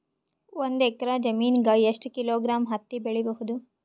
ಒಂದ್ ಎಕ್ಕರ ಜಮೀನಗ ಎಷ್ಟು ಕಿಲೋಗ್ರಾಂ ಹತ್ತಿ ಬೆಳಿ ಬಹುದು?